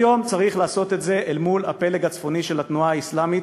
היום צריך לעשות את זה אל מול הפלג הצפוני של התנועה האסלאמית.